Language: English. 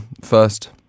first